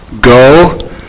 Go